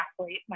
athlete